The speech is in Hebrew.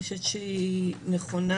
אני חושבת שהיא נכונה,